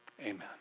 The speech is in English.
Amen